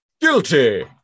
Guilty